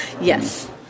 Yes